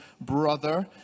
brother